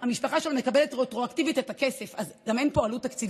וכן, מה שאני מבקשת, ואני פונה פה לשר